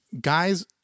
guys